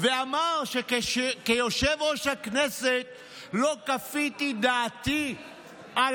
ואמר שכיושב-ראש הכנסת לא כפיתי דעתי על